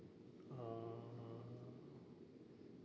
uh